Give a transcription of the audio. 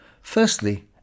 Firstly